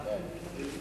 ההצעה להעביר